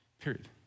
Period